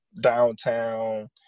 downtown